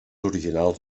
originals